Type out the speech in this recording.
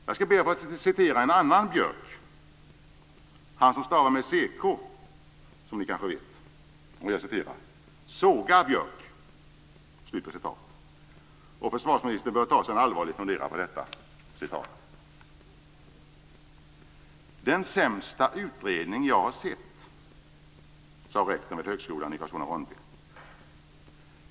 Jag skall be att få citera en annan Björck, han som stavar sitt namn med ck, som ni kanske vet. Han säger: "Såga Björk!" Försvarsministern bör ta sig en allvarlig funderare på detta citat. Den sämsta utredning som jag har sett, sade rektorn vid högskolan i Karlskrona/Ronneby.